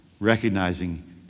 Recognizing